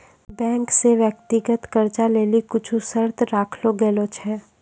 bank से व्यक्तिगत कर्जा लेली कुछु शर्त राखलो गेलो छै